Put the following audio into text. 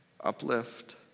uplift